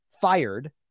fired